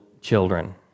children